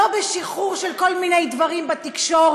לא בשחרור של כל מיני דברים בתקשורת,